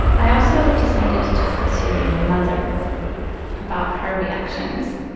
i also decided to talk to my mother about her reactions,